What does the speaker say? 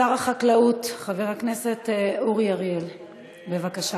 שר החקלאות חבר הכנסת אורי אריאל, בבקשה.